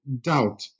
doubt